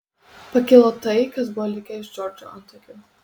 pakilo tai kas buvo likę iš džordžo antakių